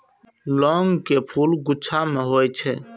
लौंग के फूल गुच्छा मे होइ छै